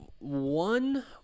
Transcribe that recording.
one